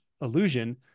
illusion